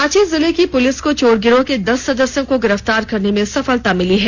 रांची जिले की पुलिस को चोर गिरोह के दस सदस्यों को गिरफ्तार करने में सफलता मिली है